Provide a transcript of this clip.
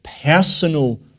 personal